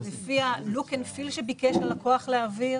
שהלקוח העביר